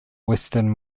western